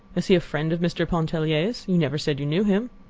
is he a friend of mr. pontellier's? you never said you knew him.